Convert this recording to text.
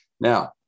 Now